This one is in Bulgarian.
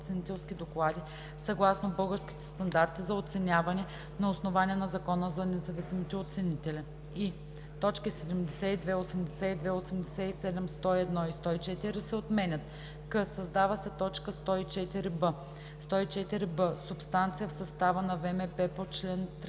оценителски доклади съгласно Българските стандарти за оценяване на основание на Закона за независимите оценители.“; и) точки 72, 82, 87, 101 и 104 се отменят; к) създава се т. 104б: „104б. „Субстанция в състава на ВМП по чл.